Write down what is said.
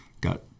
got